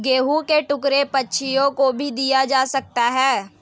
गेहूं के टुकड़े पक्षियों को भी दिए जा सकते हैं